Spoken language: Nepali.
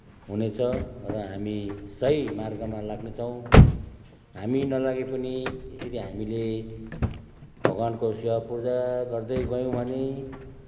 हुनेछ र हामी सही मार्गमा लाग्नेछौँ हामी नलागे पनि यसरी हामीले भगवान्को सेवा पूजा गर्दै गयौँ भने